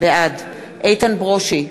בעד איתן ברושי,